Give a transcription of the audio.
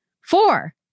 Four